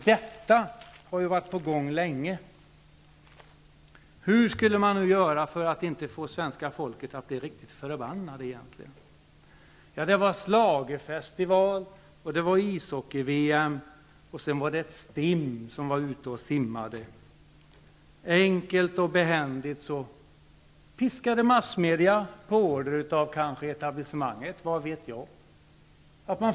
Detta har ju varit på gång länge. Hur skulle man nu göra för att svenska folket inte skulle bli riktigt förbannat? Det var schlagerfestival, och det var ishockey-VM, och sedan var det ett stim som var ute och simmade. Enkelt och behändigt lyckades massmedia -- kanske på order av etablissemanget, vad vet jag?